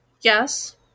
Yes